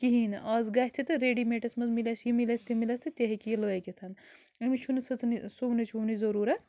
کِہیٖنۍ نہٕ آز گَژِھ تہٕ ریٚڈی میٹس منٛز مِلس یہِ مِلس تہِ مِلس تہٕ تہِ ہٮ۪کہِ یہِ لٲگِتھ أمس چھُنہٕ سٕژنہِ سونٕچ وُ ونٕچ ضوٚرتھ